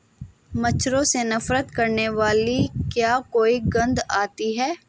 मच्छरों से नफरत करने वाली क्या कोई गंध आती है?